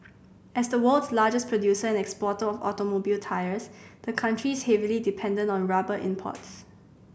as the world's largest producer and exporter of automobile tyres the country's heavily dependent on rubber imports